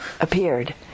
appeared